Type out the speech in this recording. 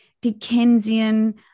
Dickensian